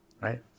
right